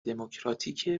دموکراتیک